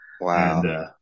Wow